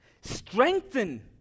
Strengthen